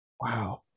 Wow